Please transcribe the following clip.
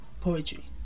poetry